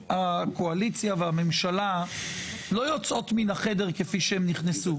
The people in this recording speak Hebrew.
הקואליציה והממשלה לא יוצאות מן החדר כפי שהן נכנסו.